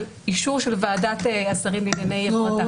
של אישור של ועדת השרים לענייני הפרטה.